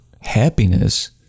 happiness